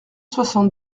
soixante